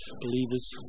believers